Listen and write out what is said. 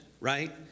right